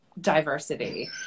diversity